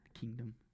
kingdom